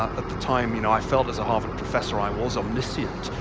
at the time, you know, i felt as a harvard profession i was omniscient,